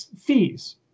fees